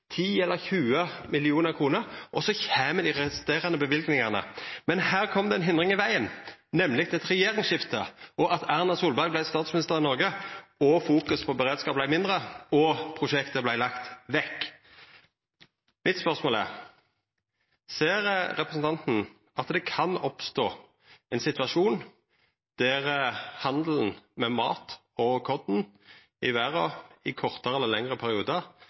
eller 20 mill. kr, og så kjem dei resterande løyvingane. Men det kom ei hindring i vegen, nemleg eit regjeringsskifte, at Erna Solberg vart statsminister i Noreg, at merksemda på beredskap vart mindre – og prosjektet vart lagt vekk. Mitt spørsmål er: Ser representanten at det kan oppstå ein situasjon der handel med mat og korn i verda – for ein kortare eller lengre